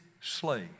slave